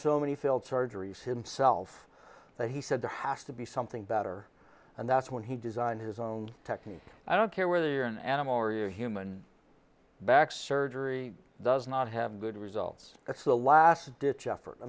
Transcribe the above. so many failed charger use himself that he said there has to be something better and that's when he designed his own technique i don't care whether you're an animal or your human back surgery does not have good results it's a last ditch effort i